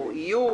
ואולי יהיו,